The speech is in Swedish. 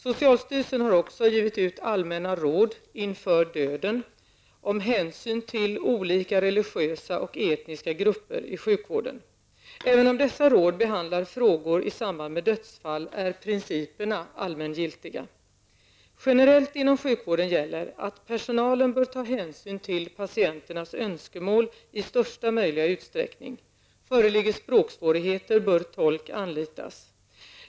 Socialstyrelsen har också givit ut allmänna råd: ''Inför döden. Om hänsyn till olika religiösa och etniska grupper i sjukvården''. Även om dessa råd behandlar frågor i samband med dödsfall, är principerna allmängiltiga. Generellt inom sjukvården gäller att personalen bör ta hänsyn till patienternas önskemål i största möjliga utsträckning. Föreligger språksvårigheter bör tolk anlitas.